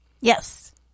Yes